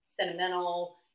sentimental